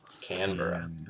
Canberra